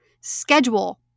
Schedule